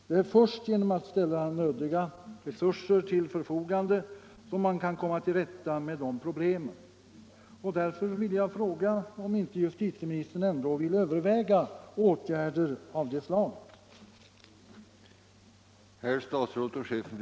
Det är först när man ställer nödiga resurser till förfogande som man kan komma till rätta med dessa problem. Därför vill jag fråga, om inte justitieministern ändå vill överväga åtgärder av det slaget.